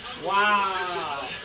Wow